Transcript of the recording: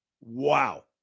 Wow